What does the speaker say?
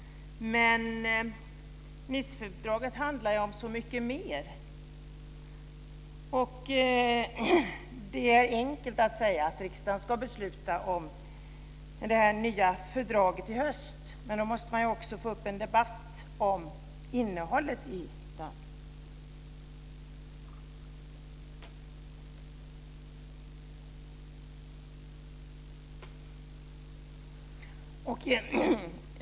Men det handlar ju om så mycket mer. Det är enkelt att säga att riksdagen ska besluta om det nya fördraget i höst, men då måste man också ta upp en debatt om innehållet i det.